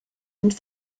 und